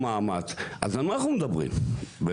אז על מה אנחנו מדברים ?